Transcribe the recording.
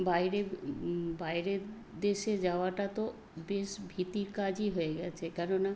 বাইরে বাইরের দেশে যাওয়াটা তো বেশ ভীতির কাজই হয়ে গেছে কেননা